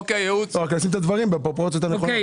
רק לשים את הדברים בפרופורציות הנכונות.